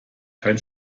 kein